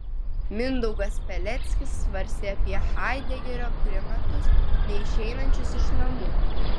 mindaugas peleckis svarstė apie haidegerio primatus neišeinančius iš namų